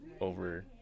over